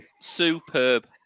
Superb